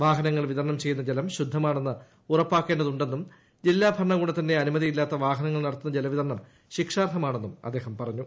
വാഹനങ്ങളിൽ വിതരണം ചെയ്യുന്ന ജലം ശുദ്ധമാണെന്ന് ഉറപ്പാക്കേണ്ടതുണ്ടെന്നും ജില്ലാ ഭരണകൂടത്തിന്റെ അനുമതി ഇല്ലാത്ത വാഹനങ്ങളിൽ നടത്തുന്ന ജലവിതരണം ശിക്ഷാർഹമാണെന്നും അദ്ദേഹം പറഞ്ഞു